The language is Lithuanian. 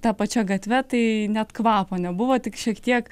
ta pačia gatve tai net kvapo nebuvo tik šiek tiek